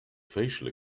facial